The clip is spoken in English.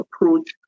approach